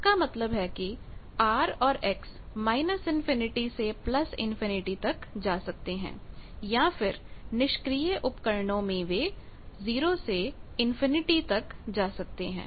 इसका मतलब है कि Rऔर X माइनस इनफिनिटी ∞ से प्लस इनफिनिटी ∞ तक जा सकते हैं या फिर निष्क्रिय उपकरणों में वे 0 से इनफिनिटी ∞ तक जा सकते हैं